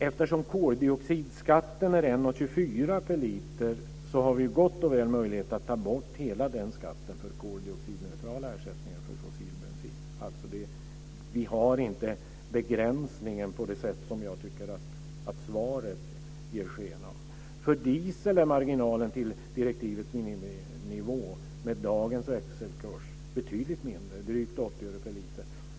Eftersom koldioxidskatten är 1:24 kr per liter har vi gott och väl möjlighet att ta bort hela den skatten för koldioxidneutrala ersättningar för fossil bensin. Vi har inte en begränsning på det sätt som jag tycker att svaret ger sken av. För diesel är marginalen till direktivets miniminivå med dagens växelkurs betydligt mindre, drygt 80 öre per liter.